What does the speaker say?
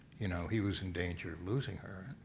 you know, he was in danger of losing her,